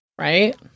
right